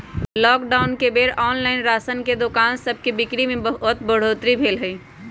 lockdown के बेर online राशन के दोकान सभके बिक्री में बढ़ोतरी भेल हइ